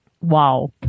wow